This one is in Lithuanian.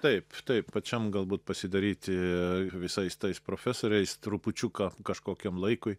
taiptaip pačiam galbūt pasidaryti visais tais profesoriais trupučiuką kažkokiam laikui